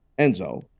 Enzo